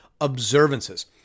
observances